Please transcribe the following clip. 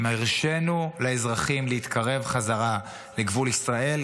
אם הרשינו לאזרחים להתקרב בחזרה לגבול ישראל,